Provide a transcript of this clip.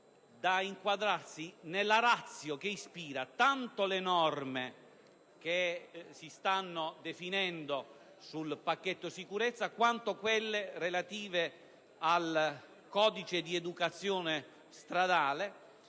da inquadrarsi nella *ratio* che ispira tanto le norme che si stanno definendo sul pacchetto sicurezza quanto quelle relative al codice di educazione stradale.